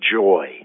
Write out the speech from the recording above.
joy